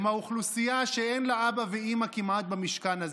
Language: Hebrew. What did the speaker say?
הם אוכלוסייה שכמעט אין לה אבא ואימא במשכן הזה.